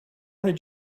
did